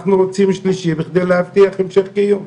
אנחנו רוצים שלישי בכדי להבטיח המשך קיום.